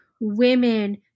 women